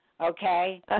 okay